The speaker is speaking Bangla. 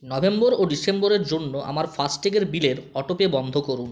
নভেম্বর ও ডিসেম্বরের জন্য আমার ফাস্ট্যাগের বিলের অটোপে বন্ধ করুন